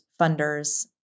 funders